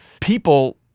people